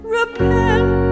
repent